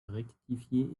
rectifié